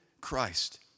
Christ